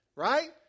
Right